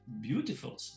beautiful